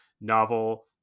novel